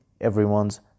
everyone's